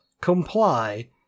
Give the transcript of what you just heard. comply